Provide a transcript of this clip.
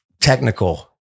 technical